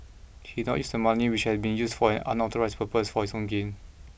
he dose not use the money which had been used for an unauthorised purpose for his own gain